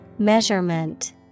Measurement